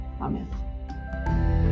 Amen